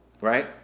right